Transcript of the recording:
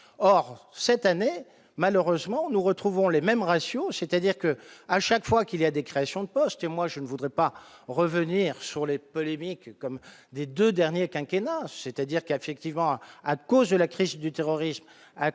or cette année, malheureusement, nous retrouvons les mêmes ratios, c'est-à-dire que, à chaque fois qu'il y a des créations de postes et moi, je ne voudrais pas revenir sur les polémiques comme des 2 derniers quinquennats, c'est-à-dire qu'il a effectivement à cause de la crise du terrorisme à cause de la crise migratoire,